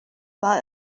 war